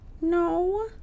No